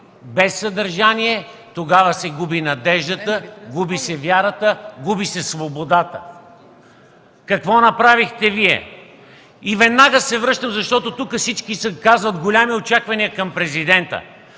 без съдържание, тогава се губи надеждата, губи се вярата, губи се свободата. Веднага се връщам, защото тук всички имат големи очаквания към Президента.